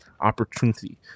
Opportunity